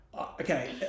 okay